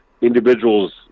individuals